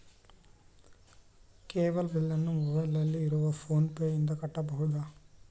Cable ಬಿಲ್ಲನ್ನು ಮೊಬೈಲಿನಲ್ಲಿ ಇರುವ ಫೋನ್ ಪೇನಿಂದ ಕಟ್ಟಬಹುದಾ?